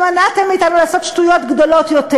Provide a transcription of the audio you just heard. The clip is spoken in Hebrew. שמנעתם מאתנו לעשות שטויות גדולות יותר.